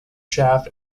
shaft